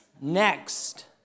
Next